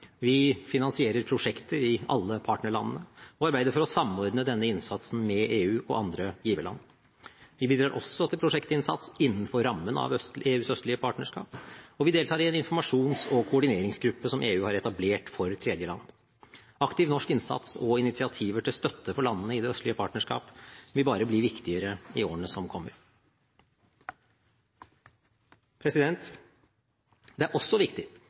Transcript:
Vi finansierer prosjekter i alle partnerlandene og arbeider for å samordne denne innsatsen med EU og andre giverland. Vi bidrar også til prosjektinnsats innenfor rammen av EUs østlige partnerskap, og vi deltar i en informasjons- og koordineringsgruppe som EU har etablert for tredjeland. Aktiv norsk innsats og initiativer til støtte for landene i det østlige partnerskap vil bare bli viktigere i årene som kommer. Det er også viktig